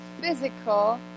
physical